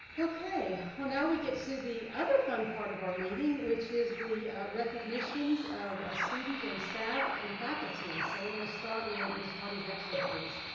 okay, well now we get to the other fun part of our meeting which is the recognitions of ah student and staff and faculty. so we're gonna start with ms. claudia jackson-freeze.